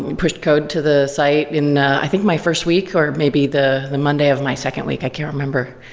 pushed code to the site in i think my first week, or maybe the the monday of my second week. i can't remember.